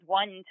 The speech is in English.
one